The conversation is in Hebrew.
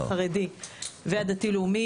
כמו שתיארה פה החברה ודיברה על זה